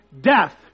death